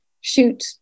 shoot